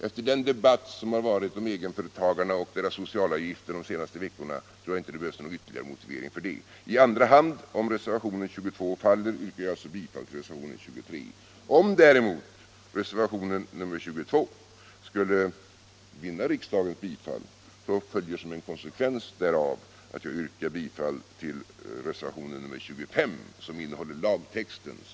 Efter den debatt som har varit om egenföretagarna och deras socialavgifter de senaste veckorna tror jag inte att det behövs någon ytterligare motivering för det.